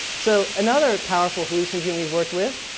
so another powerful hallucinogen we've worked with,